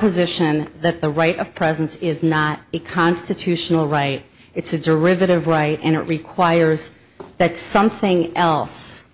position that the right of presence is not a constitutional right it's a derivative right and it requires that something else